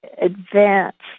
advanced